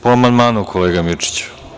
Po amandmanu kolega Mirčiću.